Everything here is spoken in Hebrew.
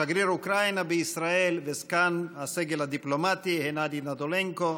שגריר אוקראינה בישראל וזקן הסגל הדיפלומטי גנדי נדולנקו,